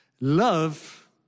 Love